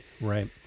Right